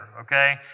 okay